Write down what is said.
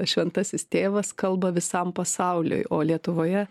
šventasis tėvas kalba visam pasauliui o lietuvoje